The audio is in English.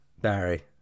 Barry